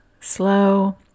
slow